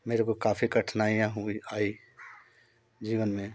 मेरे को काफ़ी कठिनाइयाँ हुई आई जीवन में